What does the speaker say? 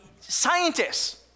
scientists